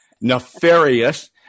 Nefarious